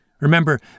Remember